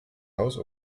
haus